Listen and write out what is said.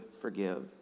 forgive